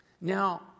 Now